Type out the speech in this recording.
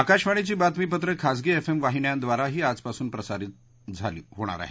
आकाशवाणीची बातमीपत्रं खाजगी एफ एम वाहिन्याद्वाराही आजपासून प्रसारित सुरु झाली आहेत